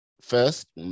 first